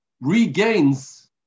regains